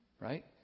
right